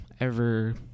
ever-